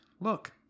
Look